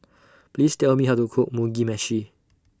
Please Tell Me How to Cook Mugi Meshi